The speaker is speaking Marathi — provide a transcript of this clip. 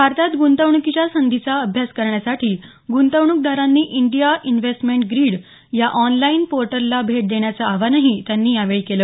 भारतात ग्रंतवण्कीच्या संधीचा अभ्यास करण्यासाठी ग्रंतवण्कदारांनी इंडिया इनव्हेस्टमेंट ग्रीड या ऑनलाईल पोर्टला भेट देण्याचं आवाहनही त्यांनी यावेळी केलं